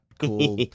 cool